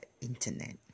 internet